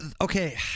okay